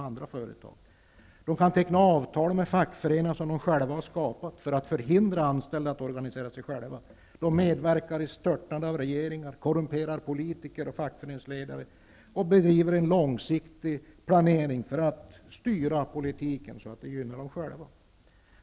Vidare kan de teckna avtal med fackföreningar som de själva har skapat för att hindra anställda att organisera sig själva. De medverkar vid störtandet av regeringar, korrumperar politiker och fackföreningsledare och bedriver en långsiktig planering för att styra politiken så att den gynnar dem själva.